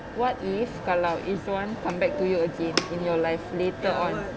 what if kalau izuan come back to you again in your life later on